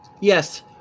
Yes